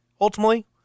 ultimately